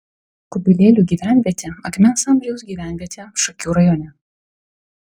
kubilėlių gyvenvietė akmens amžiaus gyvenvietė šakių rajone